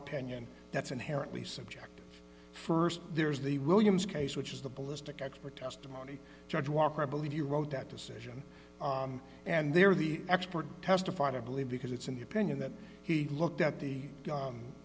opinion that's inherently subjective st there's the williams case which is the ballistic expert testimony judge walker i believe you wrote that decision and there the expert testified to believe because it's in the opinion that he looked at the